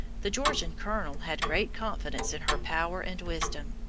the georgian colonel had great confidence in her power and wisdom.